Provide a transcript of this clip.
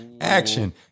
action